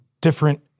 different